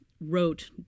wrote